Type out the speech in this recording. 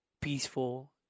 peaceful